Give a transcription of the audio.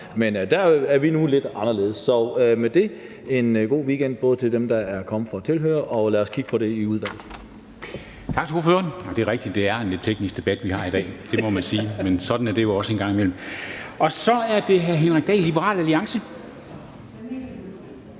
Men der er vi nu lidt anderledes. Så med det: God weekend – også til dem, der er kommet her som tilhørere – og lad os kigge på det i udvalget. Kl. 13:23 Formanden (Henrik Dam Kristensen): Tak til ordføreren. Det er rigtigt, at det er en lidt teknisk debat, vi har i dag, det må man sige. Men sådan er det jo også en gang imellem. Så er det hr. Henrik Dahl, Liberal Alliance.